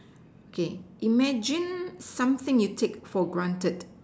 okay imagine something you take for granted